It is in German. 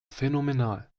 phänomenal